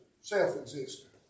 self-existent